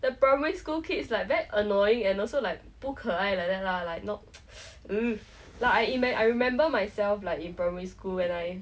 the primary school kids like very annoying and also like 不可爱 like that lah like not ugh like I remember myself like in primary school when I